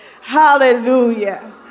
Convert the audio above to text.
Hallelujah